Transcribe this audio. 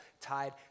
tied